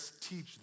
teach